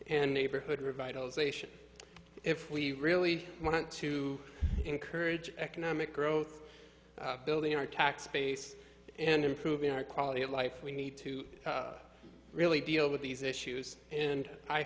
and neighborhood revitalization if we really want to encourage economic growth building our tax base and improving our quality of life we need to really deal with these issues and i